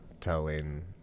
telling